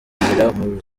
muri